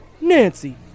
Nancy